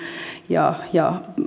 ja ja